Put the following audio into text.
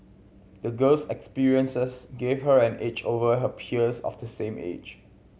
the girl's experiences gave her an edge over her peers of the same age